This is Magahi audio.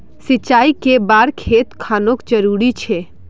सिंचाई कै बार खेत खानोक जरुरी छै?